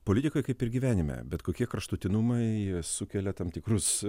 politikoj kaip ir gyvenime bet kokie kraštutinumai sukelia tam tikrus